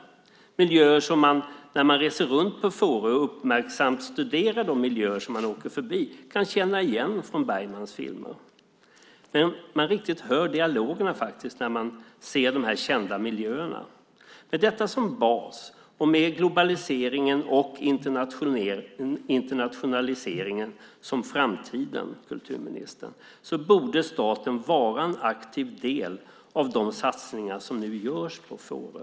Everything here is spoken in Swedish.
Det är miljöer som man när man reser runt på Fårö och uppmärksamt studerar de miljöer man åker förbi kan känna igen från Bergmans filmer. Man riktigt hör dialogerna när man ser de kända miljöerna. Med detta som bas och med globaliseringen och internationaliseringen som framtiden, kulturministern, borde staten vara en aktiv del av de satsningar som nu görs på Fårö.